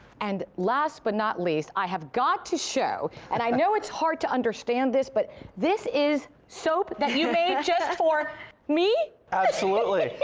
and last but not least, i have got to show, and i know it's hard to understand this, but this is soap that you made just for me! absolutely.